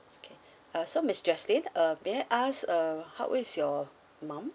okay uh so miss jesselyn uh may I ask uh how old is your mum